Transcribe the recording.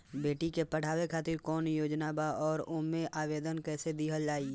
बेटी के पढ़ावें खातिर कौन योजना बा और ओ मे आवेदन कैसे दिहल जायी?